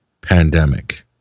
pandemic